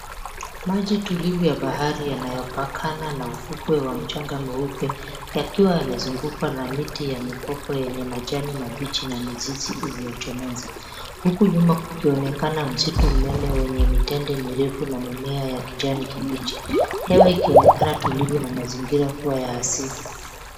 Maji tulivu ya bahari yanayopakana na ufukwe wa bahari mweupe. Yakiwa yamezungukwa na miti ya mikoko yenye matawi ya kijani kibichi na mizizi iliyochomoza. Huku nyuma kukionekana msitu mnene wenye mtende mirefu na mimea ya kijani kibichi. Hewa ikionekana tulivu na mazingira kuwa ya asili.